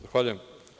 Zahvaljujem.